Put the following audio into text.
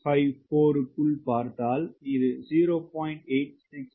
154 க்குள் பார்த்தால் இது 0